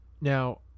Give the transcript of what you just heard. Now